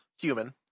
human